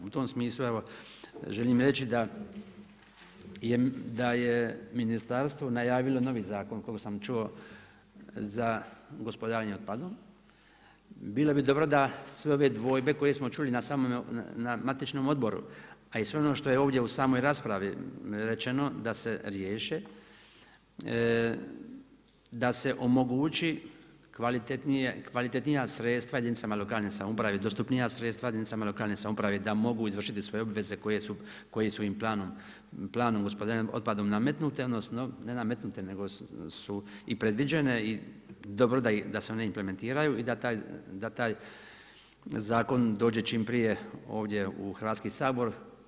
U tom smisli evo želim reći da je ministarstvo najavilo novi zakon koliko sam čuo za gospodarenje otpadom, bilo bi dobro da sve ove dvojbe koje smo čuli na samome matičnom odboru, a i sve ono što je ovdje u samoj raspravi rečeno, da se riješi, da se omogući kvalitetnija sredstva jedinicama lokalne samouprave, dostupnija sredstva jedinicama lokalne samouprave, da mogu izvršiti svoje obveze koje su im planom gospodarenja otpadom nametnute, odnosno, ne nametnute nego su i predviđene i dobro da se one implementiraju i da taj zakon dođe čim prije ovdje u Hrvatski sabor.